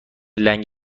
لنگ